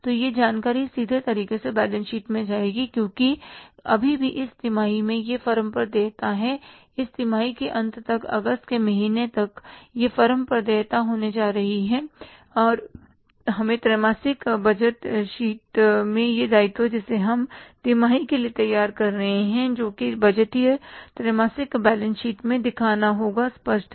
तो यह जानकारी सीधे तरीके से बैलेंस शीट में जाएगी क्योंकि अभी भी इस तिमाही में यह फर्म पर देयता है इस तिमाही के अंत तक अगस्त के महीने तक यह फर्म पर देयता होने जा रही है और हमें त्रैमासिक बैलेंस शीट में यह दायित्व जिसे हम इस तिमाही के लिए तैयार कर रहे हैं जो कि बजटीय त्रैमासिक बैलेंस शीट है में दिखाना होगा स्पष्ट है